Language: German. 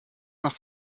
nach